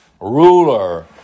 ruler